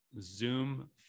zoom